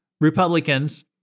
Republicans